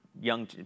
young